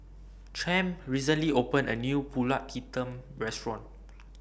Champ recently opened A New Pulut Hitam Restaurant